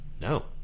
no